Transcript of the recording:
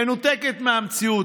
מנותקת מהמציאות.